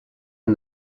and